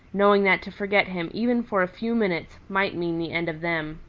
knowing that to forget him even for a few minutes might mean the end of them.